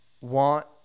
want